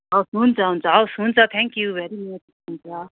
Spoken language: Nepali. हवस् हुन्छ हुन्छ हवस् हुन्छ थ्याङ्कयू भेरी मच हुन्छ